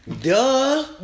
Duh